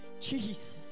Jesus